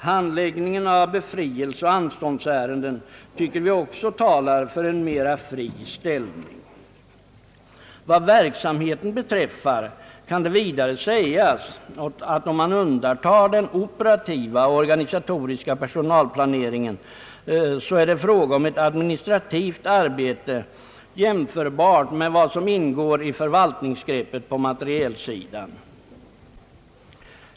Handläggningen av befrielseoch anståndsärenden tycker vi också talar för en mera fri ställning. Vad verksamheten beträffar kan det vidare sägas att om man undantar den operativa och organisatoriska personalplaneringen så är det fråga om ett administrativt arbete jämförbart med vad som ingår i förvaltningsbegreppet på materielsidan.